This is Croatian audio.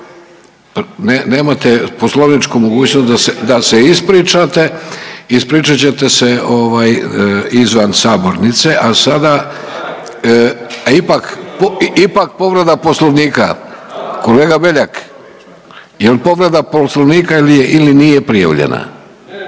Nemate poslovničku mogućnost da se ispričate, ispričat ćete se izvan sabornice. A sada ipak povreda poslovnika, kolega Beljak jel povreda poslovnika ili nije prijavljena?